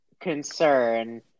concern